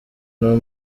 niwo